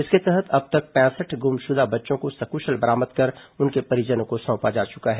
इसके तहत अब तक पैंसठ गुमशुदा बच्चों को सकुशल बरामद कर उनके परिजनों को सौंपा जा चुका है